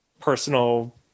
personal